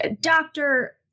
Doctor